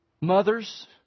Mothers